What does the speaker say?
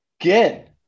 again